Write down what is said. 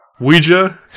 Ouija